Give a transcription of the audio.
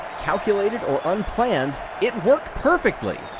calculated or unplanned, it worked perfectly.